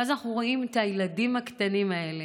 ואז אנחנו רואים את הילדים הקטנים האלה,